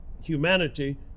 humanity